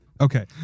Okay